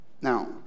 now